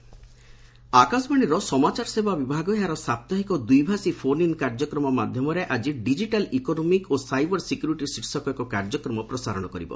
ମଷ୍ଟ୍ announcement ଆକାଶବାଣୀର ସମାଚାର ସେବା ବିଭାଗ ଏହାର ସାପ୍ତାହିକ ଦ୍ୱିଭାଷୀ ଫୋନ ଇନ୍ କାର୍ଯ୍ୟକ୍ରମ ମାଧ୍ୟମରେ ଆଜି ଡିଜିଟାଲ ଇକୋନୋମିକ୍ ଓ ସାଇବର ସିକ୍ୟୁରିଟି ଶୀର୍ଷକ ଏକ କାର୍ଯ୍ୟକ୍ରମ ପ୍ରସାରଣ କରିବ